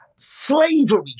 Slavery